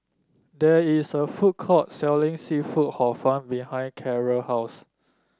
there is a food court selling seafood Hor Fun behind Carli house